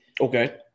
Okay